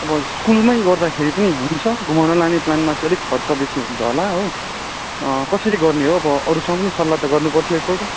अब स्कुलमै गर्दाखेरि पनि हुन्छ घुमाउनु लाने प्लानमा चाहिँ अलिक खर्च बेसी हुन्छ होला हो कसरी गर्ने हो अब अरूसँग पनि सल्लाह त गर्नु पर्थ्यो एकपल्ट